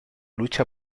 lucha